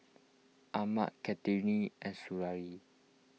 Ahmad Kartini and Suriani